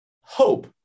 hope